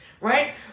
Right